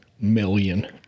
million